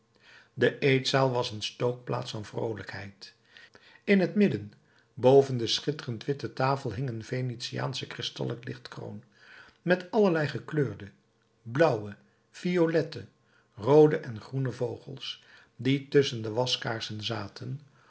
de eetzaal was een stookplaats van vroolijkheid in het midden boven de schitterend witte tafel hing een venetiaansche kristallen lichtkroon met allerlei gekleurde blauwe violette roode en groene vogels die tusschen de waskaarsen zaten